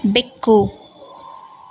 ಬೆಕ್ಕು